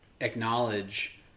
acknowledge